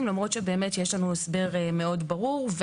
למרות שיש לנו הסבר מאוד ברור.